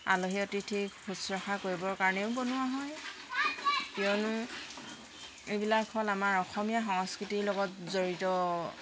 আলহী অতিথিক শুশ্ৰূষা কৰিবৰ কাৰণেও বনোৱা হয় কিয়নো এইবিলাক হ'ল আমাৰ অসমীয়া সংস্কৃতিৰ লগত জড়িত